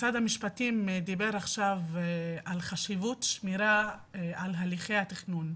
משרד המשפטים דיבר עכשיו על חשיבות שמירה על הליכי התכנון,